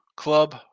Club